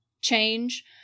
change